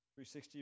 360